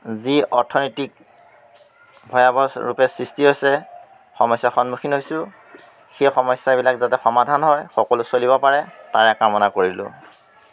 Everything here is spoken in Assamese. যি অৰ্থনৈতিক ভয়াবহৰূপে সৃষ্টি হৈছে সমস্যাৰ সন্মুখীন হৈছোঁ সেই সমস্যাবিলাক যাতে সমাধান হয় সকলো চলিব পাৰে তাৰে কামনা কৰিলোঁ